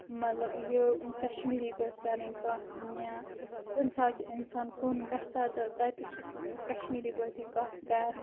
مطلب یہِ کشمیٖری پٲٹھۍ کرٕنۍ کتھ یا کُنۍ ساتہٕ چھُ اِنسان کُن گژھان تہٕ تتہِ تہِ چھِ أسۍ کشمیٖری پٲٹھی کتھ کران